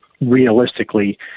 realistically